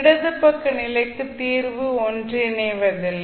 இடது பக்க நிலைக்கு தீர்வு ஒன்றிணைவதில்லை